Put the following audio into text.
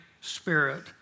spirit